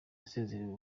yasezerewe